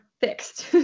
fixed